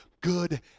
good